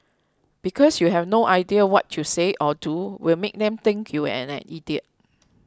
because you have no idea what you say or do will make them think you're an idiot